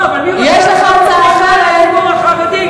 לא, אבל, לציבור החרדי.